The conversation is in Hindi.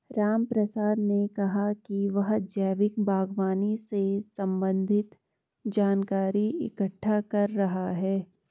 रामप्रसाद ने कहा कि वह जैविक बागवानी से संबंधित जानकारी इकट्ठा कर रहा है